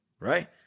right